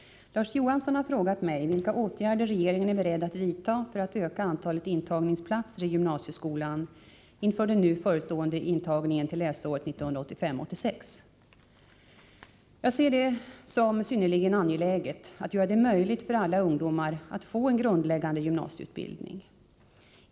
Herr talman! Larz Johansson har frågat mig vilka åtgärder regeringen är beredd att vidta för att öka antalet intagningsplatser i gymnasieskolan inför den nu förestående intagningen till läsåret 1985/86. Jag ser det som synnerligen angeläget att göra det möjligt för alla ungdomar att få en grundläggande gymnasieutbildning.